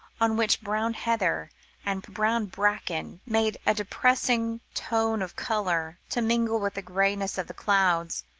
on which brown heather and brown bracken made a depressing tone of colour, to mingle with the greyness of the clouds,